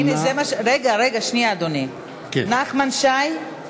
(קורא בשמות חברי הכנסת) נחמן שי,